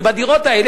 ובדירות האלה,